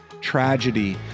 tragedy